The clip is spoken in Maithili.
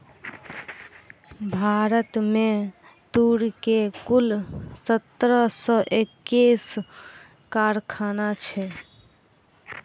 भारत में तूर के कुल सत्रह सौ एक्कैस कारखाना छै